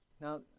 now